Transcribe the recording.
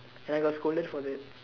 and I got scolded for that